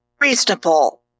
Reasonable